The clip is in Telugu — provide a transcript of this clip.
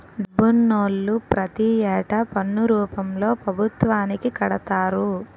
డబ్బునోళ్లు ప్రతి ఏటా పన్ను రూపంలో పభుత్వానికి కడతారు